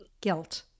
guilt